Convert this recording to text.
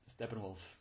Steppenwolf